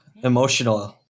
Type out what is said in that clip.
emotional